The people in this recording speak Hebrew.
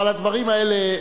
אבל הדברים האלה,